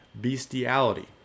bestiality